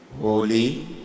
Holy